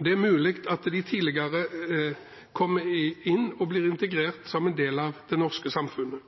det er mulig at de tidligere kommer inn og blir integrert som en del av det norske samfunnet.